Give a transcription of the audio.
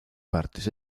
partes